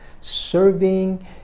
serving